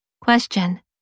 Question